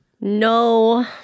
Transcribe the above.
no